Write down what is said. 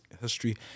history